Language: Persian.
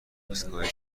ایستگاه